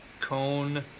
Cone